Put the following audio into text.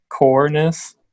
coreness